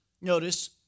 notice